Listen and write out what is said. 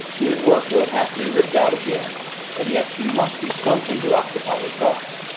doing work that would have to be ripped out again and yet she must do something to occupy her thoughts.